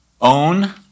Own